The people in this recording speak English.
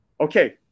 okay